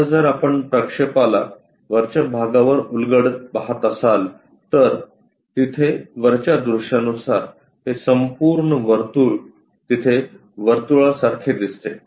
आता जर आपण प्रक्षेपाला वरच्या भागावर उलगडत पहात असाल तर तिथे वरच्या दृश्यानुसार हे संपूर्ण वर्तुळ तिथे वर्तुळासारखे दिसते